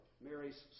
Mary's